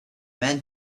men